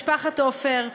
משפחת עופר.